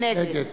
נגד